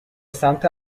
سمت